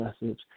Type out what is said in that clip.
message